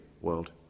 World